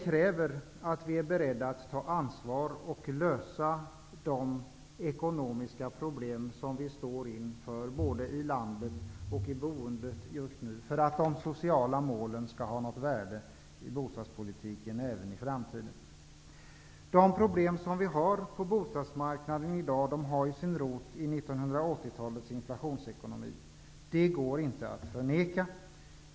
För att de sociala målen skall ha något värde i bostadspolitiken även i framtiden krävs det att vi är beredda att ta ansvar och att vi löser de ekonomiska problem som vi står inför i landet och i boendet just nu. De problem som vi har på bostadsmarknaden i dag har sin rot i 1980-talets inflationsekonomi. Detta går inte att förneka.